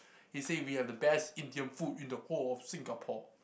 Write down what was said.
it say we have the best Indian food in the whole of Singapore